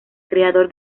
creador